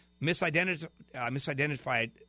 misidentified